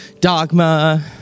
dogma